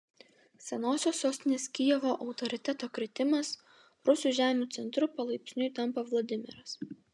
senosios sostinės kijevo autoriteto kritimas rusų žemių centru palaipsniui tampa vladimiras